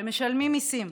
שמשלמים מיסים,